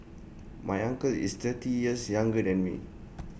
my uncle is thirty years younger than me